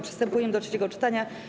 Przystępujemy do trzeciego czytania.